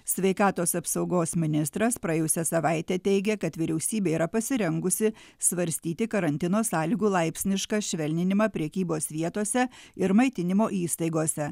sveikatos apsaugos ministras praėjusią savaitę teigė kad vyriausybė yra pasirengusi svarstyti karantino sąlygų laipsnišką švelninimą prekybos vietose ir maitinimo įstaigose